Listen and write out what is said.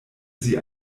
sie